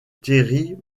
terry